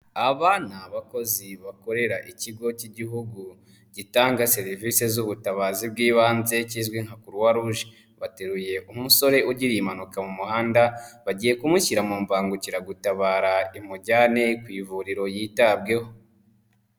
Aba ni abakozi bakorera ikigo cy'igihugu gitanga serivisi z'ubutabazi bw'ibanze kizwi nka Croi Ruge, bateruye umusore ugize impanuka mu muhanda, bagiye kumushyira mu mbangukiragutabara imujyane ku ivuriro yitabweho.